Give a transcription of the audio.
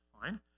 fine